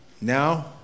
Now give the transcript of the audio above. Now